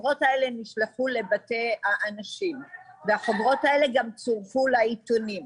החוברות נשלחו גם לבתי האנשים וצורפו לעיתונים,